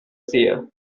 seer